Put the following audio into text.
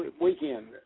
weekend